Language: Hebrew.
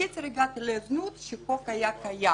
הגעתי לזנות כשהחוק היה קיים.